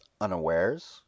unawares